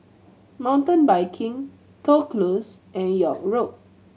Mountain Biking Toh Close and York Road